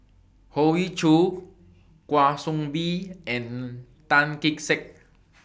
Hoey Choo Kwa Soon Bee and Tan Kee Sek